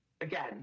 Again